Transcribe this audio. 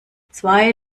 zwei